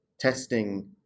Testing